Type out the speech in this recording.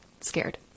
scared